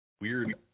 weird